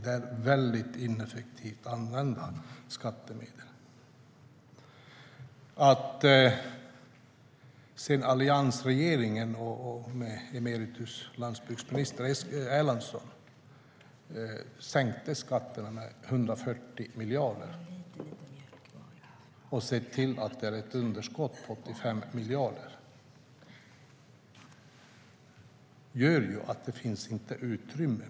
Det är väldigt ineffektivt använda skattemedel. Att alliansregeringen med emeritus landsbygdsminister Eskil Erlandsson sänkte skatten med 140 miljarder och skapade ett underskott på 85 miljarder gör ju att det inte finns något utrymme.